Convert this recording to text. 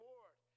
Lord